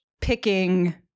picking